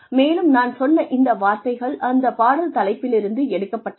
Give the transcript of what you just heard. மேலும் நான் சொன்ன இந்த வார்த்தைகள் அந்த பாடல் தலைப்பிலிருந்து எடுக்கப்பட்டவை